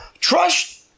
Trust